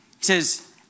says